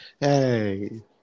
Hey